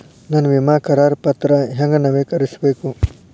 ನನ್ನ ವಿಮಾ ಕರಾರ ಪತ್ರಾ ಹೆಂಗ್ ನವೇಕರಿಸಬೇಕು?